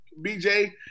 BJ